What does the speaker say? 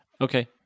okay